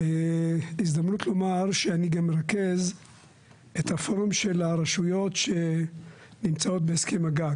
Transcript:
הזדמנות לומר שאני גם מרכז את הפורום של הרשויות שנמצאות בהסכם הגג.